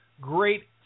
great